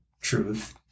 truth